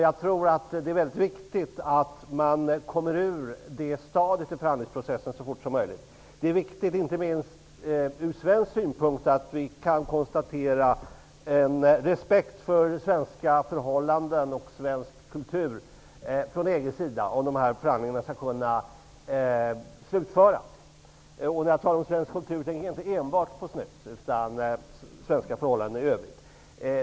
Jag tror att det är mycket viktigt att man kommer ur det stadiet i förhandlingsprocessen så fort som möjligt. Det är viktigt, inte minst ur svensk synpunkt, att vi kan konstatera en respekt för svenska förhållanden och svensk kultur från EG:s sida om dessa förhandlingar skall kunna slutföras. När jag talar om svensk kultur tänker jag inte enbart på snus utan på svenska förhållanden i övrigt.